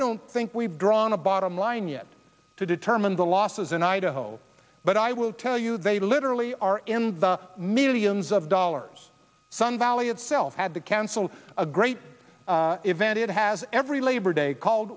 don't think we've drawn a bottom line yet to determine the losses in idaho but i will tell you they literally are in the millions of dollars sun valley itself had to cancel a great event it has every labor day called